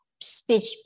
speech